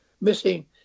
Missing